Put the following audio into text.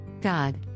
God